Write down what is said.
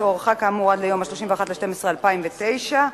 שהוארכה כאמור עד ליום 31 בדצמבר 2009,